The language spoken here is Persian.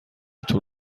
طول